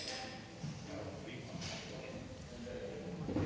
Tak